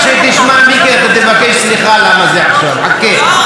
כשתשמע, מיקי, אתה תבקש סליחה למה זה עכשיו, חכה.